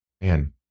man